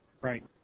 Right